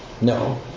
No